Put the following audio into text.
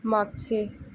मागचे